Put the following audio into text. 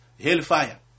hellfire